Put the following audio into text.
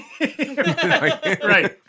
right